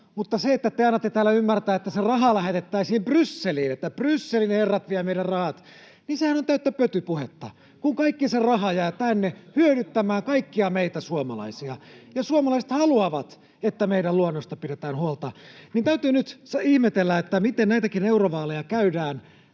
mutta sehän, että te annatte täällä ymmärtää, että se raha lähetettäisiin Brysseliin, että Brysselin herrat vievät meidän rahat, on täyttä pötypuhetta, kun kaikki se raha jää tänne hyödyttämään kaikkia meitä suomalaisia. Suomalaiset haluavat, että meidän luonnostamme pidetään huolta. Täytyy nyt ihmetellä, miten näitäkin eurovaaleja käydään